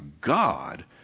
God